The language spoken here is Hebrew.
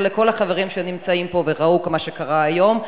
לכל החברים שנמצאים פה וראו מה שקרה היום,